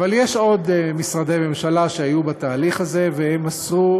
יש עוד משרדי ממשלה שהיו בתהליך הזה והם מסרו